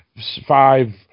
five